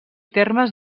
termes